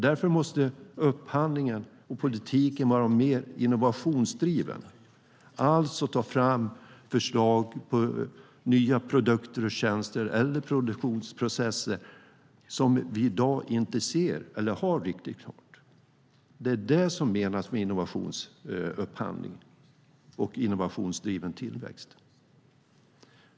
Därför måste upphandlingen och politiken vara mer innovationsdriven, alltså ta fram förslag på nya produkter och tjänster eller produktionsprocesser som vi i dag inte ser eller har riktigt klart. Det är det som menas med innovationsupphandling och innovationsdriven tillväxt.